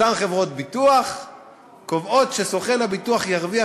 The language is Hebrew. אותן חברות ביטוח קובעות שסוכן הביטוח ירוויח